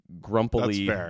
grumpily